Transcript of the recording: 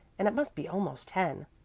and it must be almost ten.